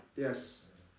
yes